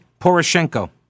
Poroshenko